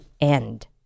end